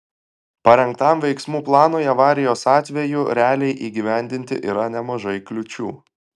parengtam veiksmų planui avarijos atveju realiai įgyvendinti yra nemažai kliūčių